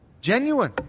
genuine